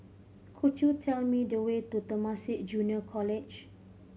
could you tell me the way to Temasek Junior College